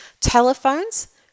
telephones